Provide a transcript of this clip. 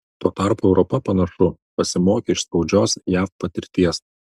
tuo tarpu europa panašu pasimokė iš skaudžios jav patirties